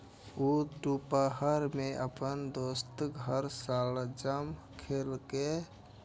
ऊ दुपहर मे अपन दोस्तक घर शलजम खेलकै